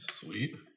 Sweet